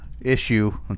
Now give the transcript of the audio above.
issue